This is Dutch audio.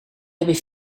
hebben